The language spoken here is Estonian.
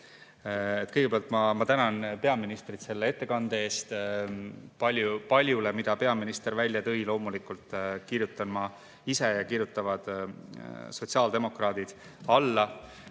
Kõigepealt ma tänan peaministrit ettekande eest! Paljule, mida peaminister välja tõi, kirjutan loomulikult ma ise ja kirjutavad sotsiaaldemokraadid alla.